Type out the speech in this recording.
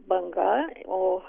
banga o